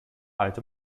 alte